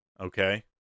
Okay